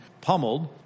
pummeled